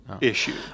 issue